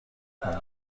کنی